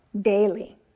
daily